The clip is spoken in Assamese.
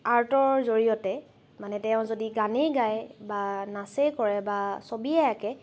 আৰ্টৰ জৰিয়তে মানে তেওঁ যদি গানেই গায় বা নাচেই কৰে বা ছবিয়েই আকে